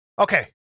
Okay